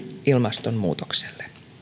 ilmastonmuutokselle